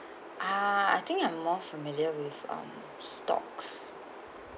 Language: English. uh I think I'm more familiar with um stocks